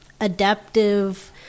adaptive